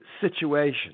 situation